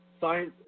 science –